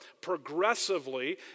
progressively